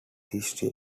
history